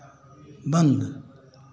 बंद